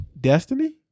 Destiny